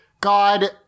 God